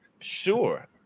sure